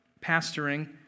pastoring